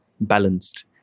balanced